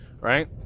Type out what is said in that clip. right